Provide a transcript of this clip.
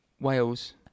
Wales